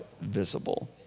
visible